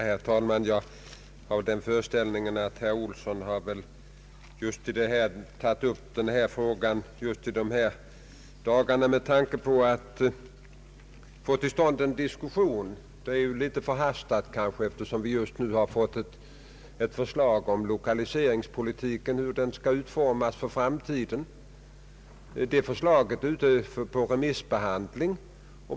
Herr talman! Jag föreställer mig att herr Olsson tagit upp den här frågan för att få till stånd en diskussion. Att göra det just i dessa dagar är kanske litet förhastat, eftersom ett förslag om hur lokaliseringspolitiken skall utformas för framtiden för närvarande är ute på remissbehandling.